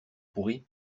pourrie